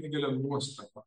didelę nuostabą